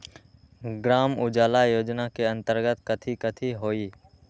ग्राम उजाला योजना के अंतर्गत कथी कथी होई?